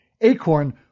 Acorn